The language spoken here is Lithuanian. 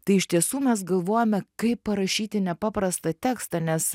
tai iš tiesų mes galvojame kaip parašyti ne paprastą tekstą nes